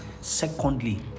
Secondly